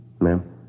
Ma'am